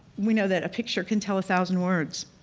we know that a picture can tell a thousand words.